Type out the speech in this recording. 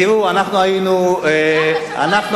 אתה יודע, גם היום שלכם לא רחוק.